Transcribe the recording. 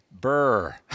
burr